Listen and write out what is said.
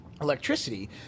electricity